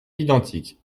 identiques